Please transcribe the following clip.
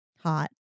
Hot